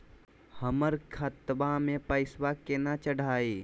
हमर खतवा मे पैसवा केना चढाई?